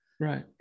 Right